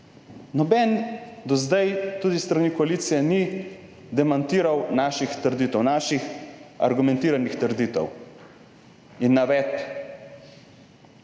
Noben do zdaj, tudi s strani koalicije ni demantiral naših trditev, naših argumentiranih trditev in navedb.